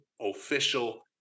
official